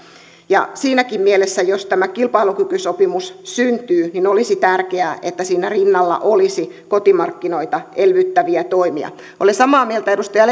siinäkin mielessä jos tämä kilpailukykysopimus syntyy olisi tärkeää että siinä rinnalla olisi kotimarkkinoita elvyttäviä toimia olen samaa mieltä edustaja